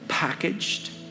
Packaged